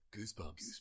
goosebumps